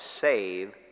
save